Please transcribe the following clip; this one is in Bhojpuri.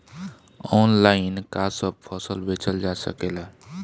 आनलाइन का सब फसल बेचल जा सकेला?